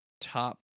top